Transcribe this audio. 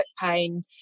pain